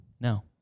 No